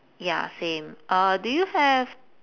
ya same uh do you have